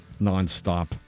Nonstop